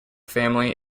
family